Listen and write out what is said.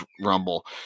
rumble